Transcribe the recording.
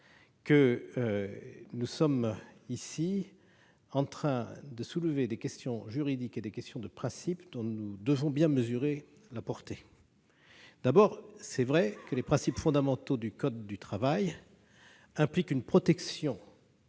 que nous sommes en train de soulever des questions juridiques et des questions de principe dont nous devons bien mesurer la portée. D'abord, il est vrai que les principes fondamentaux du code du travail impliquent la protection d'un